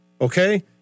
okay